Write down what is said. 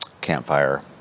campfire